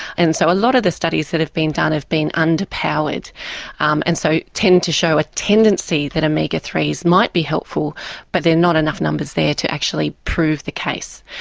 and so a lot of the studies that have been done have been underpowered um and so tend to show a tendency that omega three s might be helpful but there are not enough numbers there to actually prove the case.